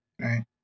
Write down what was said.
Right